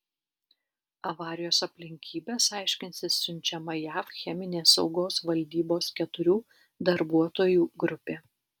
avarijos aplinkybes aiškintis siunčiama jav cheminės saugos valdybos keturių darbuotojų grupė